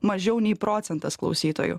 mažiau nei procentas klausytojų